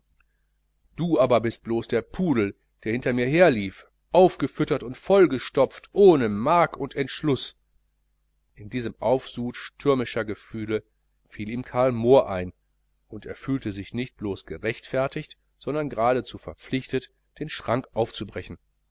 du aber bist blos der pudel der hinter mir herlief aufgefüttert und vollgestopft ohne mark und entschluß in diesem aufsud stürmischer gefühle fiel ihm karl moor ein und er fühlte sich nun nicht blos gerechtfertigt sondern geradezu verpflichtet den schrank aufzubrechen